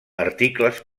articles